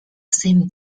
same